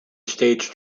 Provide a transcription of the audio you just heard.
stage